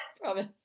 Promise